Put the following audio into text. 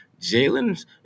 Jalen